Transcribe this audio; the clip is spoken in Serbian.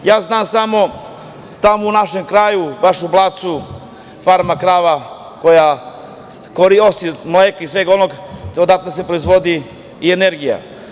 Ja znam samo tamo u našem kraju, baš u Blacu, farma krava, mleka i svega onog, odakle se proizvodi i energija.